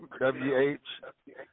W-H